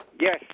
Yes